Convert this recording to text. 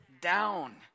down